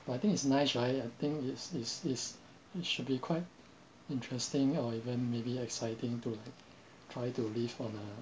but I think it's nice right I think is is is it should be quite interesting or even maybe exciting to try to live on a